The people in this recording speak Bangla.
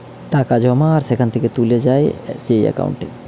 টাকা জমা আর সেখান থেকে তুলে যায় যেই একাউন্টে